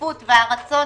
הדחיפות והרצון